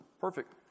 perfect